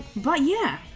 but yet